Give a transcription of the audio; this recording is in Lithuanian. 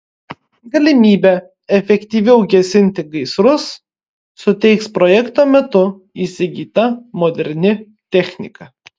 galimybę efektyviau gesinti gaisrus suteiks projekto metu įsigyta moderni technika